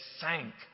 sank